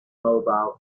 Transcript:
mobile